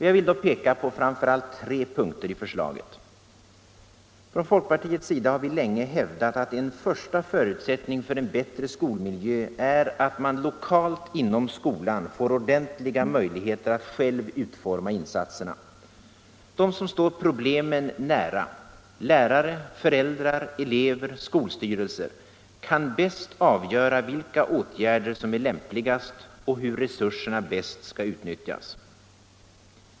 Jag vill då peka på framför allt tre punkter i förslaget: Från folkpartiets sida har vi länge hävdat att en första förutsättning för en bättre skolmiljö är, att man lokalt inom skolan får ordentliga möjligheter att själv utforma insatserna. De som står problemen nära — lärare, föräldrar, elever, skolstyrelser — kan bäst avgöra vilka åtgärder som är lämpligast och hur resurserna bäst skall utnyttjas.